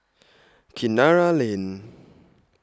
Kinara Lane